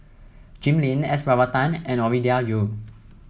Jim Lim S Varathan and Ovidia Yu